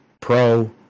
Pro